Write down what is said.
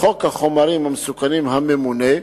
לחוק החומרים המסוכנים "הממונה"